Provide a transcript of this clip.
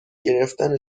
گرفتن